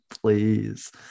please